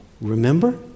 remember